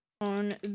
on